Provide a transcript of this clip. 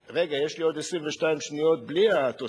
רגע, יש לי עוד 22 שניות בלי התוספות.